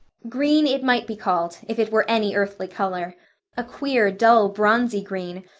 green it might be called, if it were any earthly color a queer, dull, bronzy green,